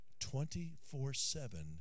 24-7